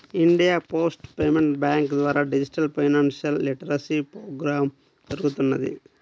India Post Payments Bank ద్వారా digital financial literacy programme జరుగుతున్నది